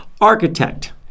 architect